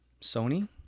Sony